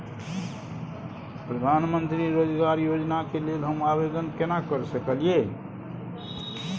प्रधानमंत्री रोजगार योजना के लेल हम आवेदन केना कर सकलियै?